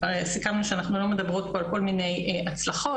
שסיכמנו שאנחנו לא מדברות פה על כל מיני הצלחות,